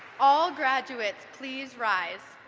all graduates, please rise.